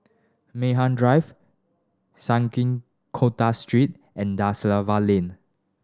Mei Hwan Drive Sungei Kadut Street and Da Silva Lane